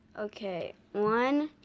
okay, one,